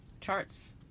charts